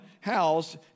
house